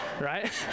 right